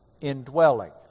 indwelling